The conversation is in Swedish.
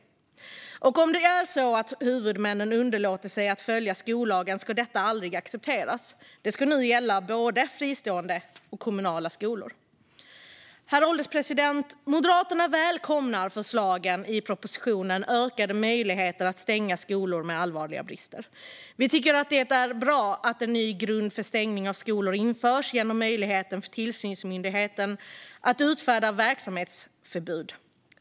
Om huvudmännen underlåter att följa skollagen ska detta aldrig accepteras. Det ska nu gälla både fristående och kommunala skolor. Herr ålderspresident! Moderaterna välkomnar förslagen i propositionen Utökade möjligheter att stänga skolor med allvarliga brister . Vi tycker att det är bra att en ny grund för stängning av skolor införs genom möjligheten för tillsynsmyndigheten att utfärda verksamhetsförbud.